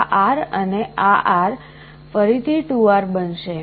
આ R અને આ R ફરીથી 2R બનશે